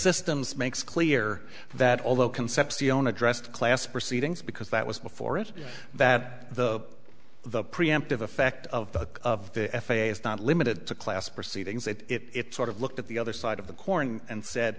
systems makes clear that although concepcion addressed class proceedings because that was before it that the the preemptive effect of the of the f a is not limited to class proceedings that it sort of looked at the other side of the corner and said